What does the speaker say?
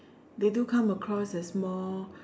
they do come across as more